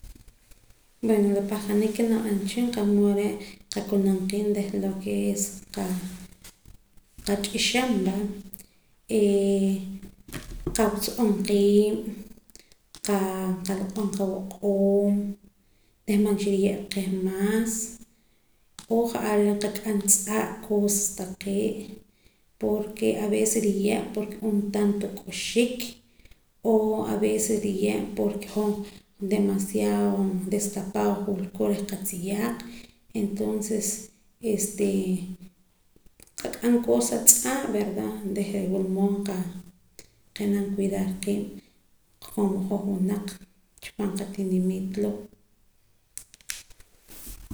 Bueno la pahqaniik ke naak aq'aram cha wehchin qa' mood re' nqakunam qiib' reh lo ke es qat'ixam va e qaso'om qiib' nqaloq'om qawoq'oom reh man cha nriye' qeh maas o ja'ar are' nqak'am tz'aa' cosas taqee' porke aveces nriye' porke ru'um tanto k'uxik o aveces nriye' porke hoj demasiado destapado hoj wulkooj reh qatziyaaq entonces este nqak'am cosa tz'aa' verda reh re' nwula mood nqab'anam cuidar qiib' qomo hoj winaq chi paam qatimiiit loo'